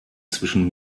zwischen